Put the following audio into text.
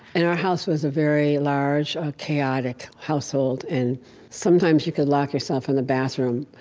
and our house was a very large, chaotic household. and sometimes you could lock yourself in the bathroom,